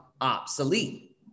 obsolete